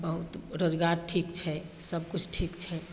बहुत रोजगार ठीक छै सबकिछु ठीक छै